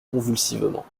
convulsivement